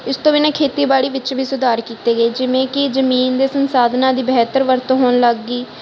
ਇਸ ਤੋਂ ਬਿਨਾਂ ਖੇਤੀਬਾੜੀ ਵਿੱਚ ਵੀ ਸੁਧਾਰ ਕੀਤੇ ਗਏ ਜਿਵੇਂ ਕਿ ਜਮੀਨ ਦੇ ਸੰਸਾਧਨਾਂ ਦੀ ਬਿਹਤਰ ਵਰਤੋਂ ਹੋਣ ਲੱਗ ਗਈ